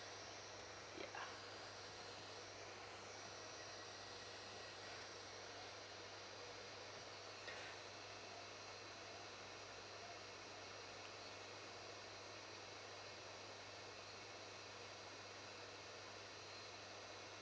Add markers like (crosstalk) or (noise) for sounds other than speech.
ya (breath)